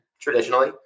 traditionally